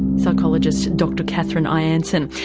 psychologist dr kathryn i'anson,